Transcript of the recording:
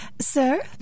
sir